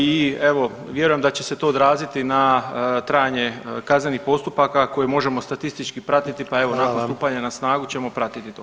I evo vjerujem da će se to odraziti na trajanje kaznenih postupaka koje možemo statistički pratiti, pa evo nakon stupanja na snagu ćemo pratiti to.